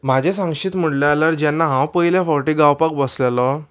म्हाजें सांगशीत म्हणलें जाल्यार जेन्ना हांव पयले फावटी गावपाक बसलेलो